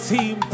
Team